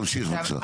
תמשיך בבקשה.